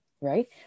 right